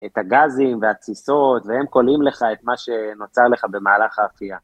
את הגזים והתסיסות, והם קולים לך את מה שנוצר לך במהלך ההרחייה.